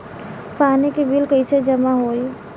पानी के बिल कैसे जमा होयी?